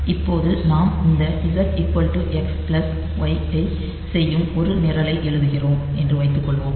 இப்போது நாம் இந்த Z X Y ஐச் செய்யும் ஒரு நிரலை எழுதுகிறோம் என்று வைத்துக்கொள்வோம்